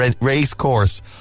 Racecourse